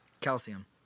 Calcium